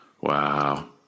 Wow